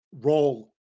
role